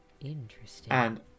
Interesting